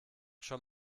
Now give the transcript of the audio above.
schon